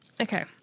okay